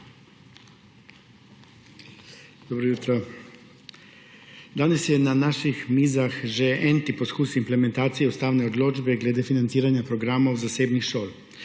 Dobro jutro! Danes je na naših mizah že n-ti poskus implementacije ustavne odločbe glede financiranja programov zasebnih šol.